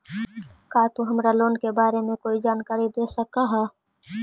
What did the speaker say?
का तु हमरा लोन के बारे में कोई जानकारी दे सकऽ हऽ?